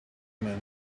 man